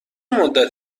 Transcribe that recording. مدت